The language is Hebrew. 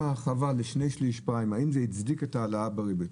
ההרחבה לשני שליש פריים האם זה הצדיק את ההעלאה בריבית,